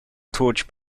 torch